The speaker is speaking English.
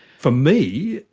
for me,